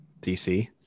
dc